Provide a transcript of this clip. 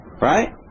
right